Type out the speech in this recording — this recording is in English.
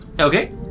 Okay